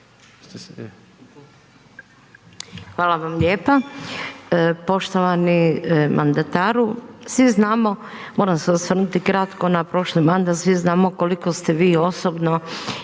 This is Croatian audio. Hvala vam lijepa. Poštovani mandataru, svi znamo, moram se osvrnuti kratko na prošli mandat, svi znamo koliko ste vi osobno